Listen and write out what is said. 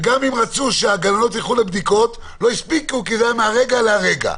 וגם אם רצו שהגננות ילכו לבדיקות לא הספיקו כי זה היה מהרגע להרגע.